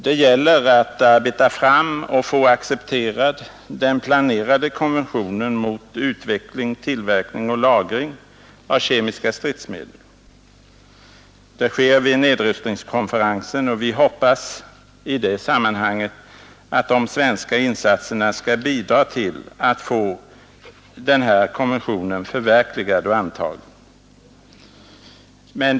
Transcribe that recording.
Det gäller att arbeta fram och få accepterad den planerade konventionen mot utveckling, tillverkning och lagring av kemiska stridsmedel. Det sker vid nedrustningskonferensen, och vi hoppas i det sammanhanget att de svenska insatserna skall bidra till att få den konventionen förverkligad och antagen.